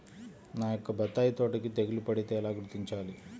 నా యొక్క బత్తాయి తోటకి తెగులు పడితే ఎలా గుర్తించాలి?